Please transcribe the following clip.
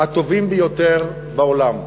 הטובים ביותר בעולם.